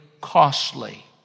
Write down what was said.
costly